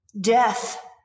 death